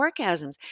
orgasms